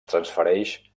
transfereix